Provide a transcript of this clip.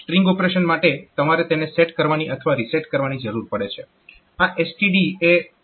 string operation માટે તમારે તેને સેટ કરવાની અથવા રીસેટ કરવાની જરૂર પડે છે